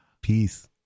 Peace